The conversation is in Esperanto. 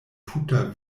tuta